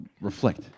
reflect